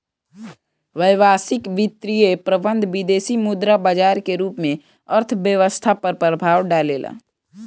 व्यावसायिक वित्तीय प्रबंधन विदेसी मुद्रा बाजार के रूप में अर्थव्यस्था पर प्रभाव डालेला